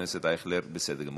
חברי הכנסת, אני חושב שאין דבר